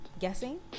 guessing